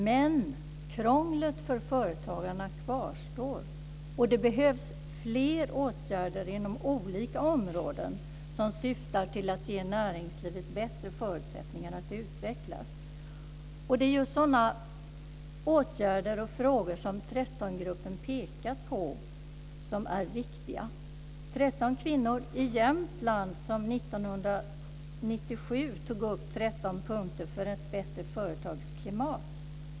Men krånglet för företagarna kvarstår, och det behövs fler åtgärder inom olika områden som syftar till att ge näringslivet bättre förutsättningar att utvecklas. Det är ju sådana åtgärder och frågor som 13-gruppen pekar på som är viktiga. Tretton kvinnor i Jämtland tog 1997 upp 13 punkter för ett bättre företagsklimat.